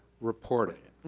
report it.